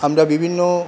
আমরা বিভিন্ন